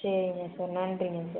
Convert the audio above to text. சரிங்க சார் நன்றிங்க சார்